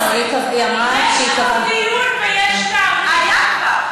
היה דיון על זה.